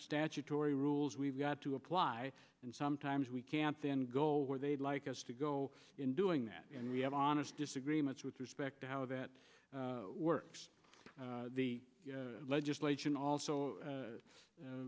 statutory rules we've got to apply and sometimes we can't then go where they'd like us to go in doing that and we have honest disagreements with respect to how that works the legislation also